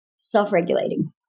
self-regulating